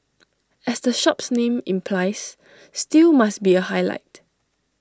as the shop's name implies stew must be A highlight